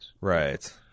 Right